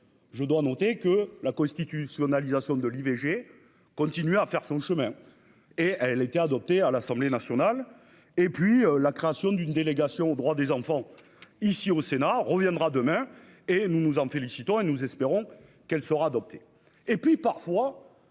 Je dois noter que la constitutionnalisation de l'IVG continue à faire son chemin et elle était adoptée à l'Assemblée nationale. Et puis la création d'une délégation aux droits des enfants ici au Sénat reviendra demain et nous nous en félicitons et nous espérons qu'elle fera adopter